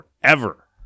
forever